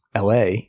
LA